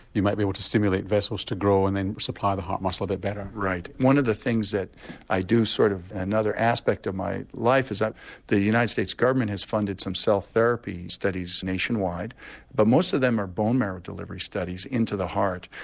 you might be able to stimulate vessels to grow and then supply the heart muscle a bit better. right, one of the things that i do, sort of another aspect of my life is that the united states government has funded some cell therapy studies nationwide but most of them are bone marrow delivery studies into the heart.